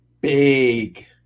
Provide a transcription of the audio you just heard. big